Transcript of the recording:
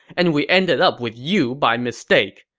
and we ended up with you by mistake.